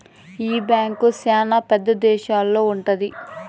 ఈ బ్యాంక్ శ్యానా పెద్ద దేశాల్లో ఉంటది